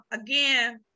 again